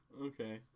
Okay